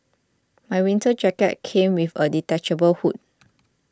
my winter jacket came with a detachable hood